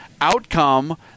outcome